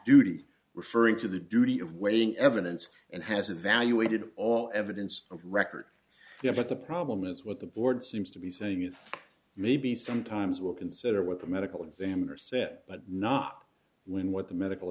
duty referring to the duty of weighing evidence and has evaluated all evidence of record yeah but the problem is what the board seems to be saying is maybe sometimes will consider what the medical examiner said but not when what the medical